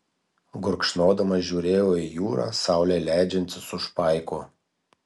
gurkšnodamas žiūrėjo į jūrą saulei leidžiantis už paiko